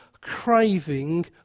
craving